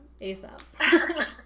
ASAP